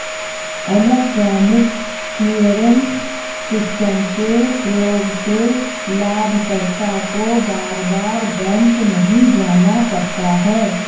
electronic clearance system के प्रयोग से लाभकर्ता को बार बार बैंक नहीं जाना पड़ता है